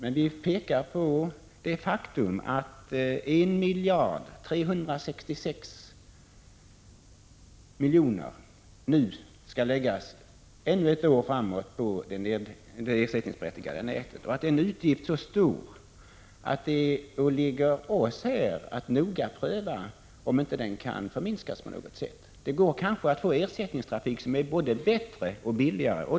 Men vi pekar på att 1 366 milj.kr. nu skall läggas ännu ett år på det ersättningsberättigade nätet och att det är en så stor utgift att det åligger oss här att noga pröva om den inte kan förminskas på något sätt. Det går kanske att få ersättningstrafik som är både bättre och billigare.